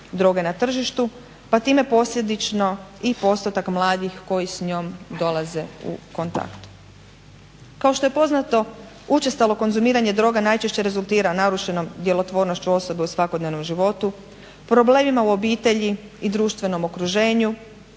droge na tržištu pa time posljedično i postotak mladih koji s njom dolaze u kontakt. Kao što je poznato učestalo konzumiranje droga najčešće rezultira narušenom djelotvornošću osobe u svakodnevnom životu, problemima u obitelji i društvenom okruženju,